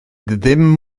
dim